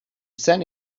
send